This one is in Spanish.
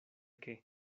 que